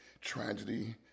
tragedy